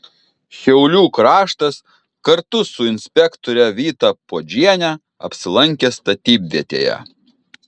šiaulių kraštas kartu su inspektore vyta puodžiene apsilankė statybvietėje